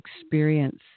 experience